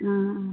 हँ